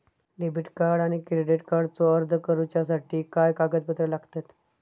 Debit आणि credit कार्डचो अर्ज करुच्यासाठी काय कागदपत्र लागतत?